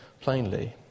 plainly